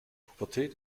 pubertät